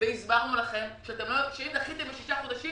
והסברנו לכם שאם דחיתם לשישה חודשים,